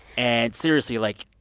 and seriously, like,